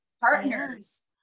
partners